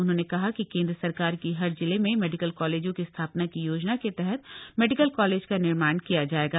उन्होंने कहा कि केंद्र सरकार की हर जिले में मेडिकल कॉलेजों की स्थापना की याजना के तहत मेडिकल कालेज का निमार्ण किया जायेगा